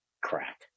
crack